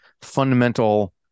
fundamental